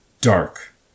dark